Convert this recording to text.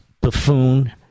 buffoon